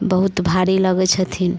बहुत भारी लगै छथिन